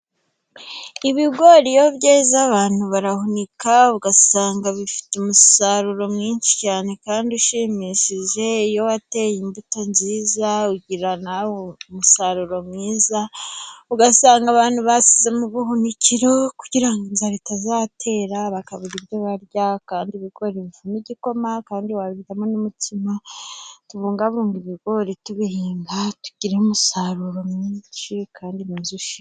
Ibigori iyo byeze abantu barahunika, ugasanga bifite umusaruro mwinshi cyane kandi ushimishije. Iyo wateye imbuto nziza ugira na we umusaruro mwiza, ugasanga abantu bashyize mu buhunikiro, kugira ngo inzara itazatera bakabura ibyo barya, kandi ibigori bivamo igikoma, kandi wabiryamo n'umutsima. Tubungabunge ibigori tubihinga, tugire umusaruro mwinshi kandi mwiza ushimishije.